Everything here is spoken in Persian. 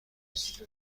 است